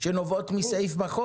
מנהל רגולציה בבנק